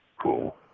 cool